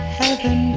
heaven